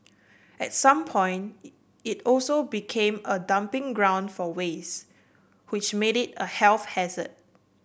at some point it it also became a dumping ground for waste which made it a health hazard